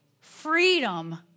freedom